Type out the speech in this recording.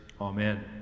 Amen